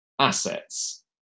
assets